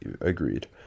Agreed